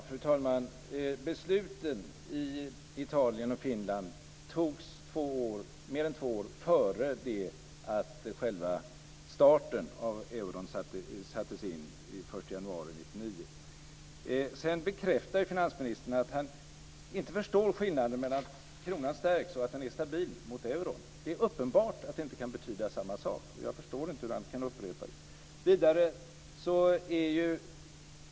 Fru talman! Besluten i Italien och Finland fattades mer än två år före det att själva starten av euron sattes in den 1 januari 1999. Finansministern bekräftar att han inte förstår skillnaden mellan att kronan stärks och att den är stabil mot euron. Det är uppenbart att det inte kan betyda samma sak, och jag förstår inte hur han kan upprepa det.